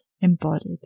embodied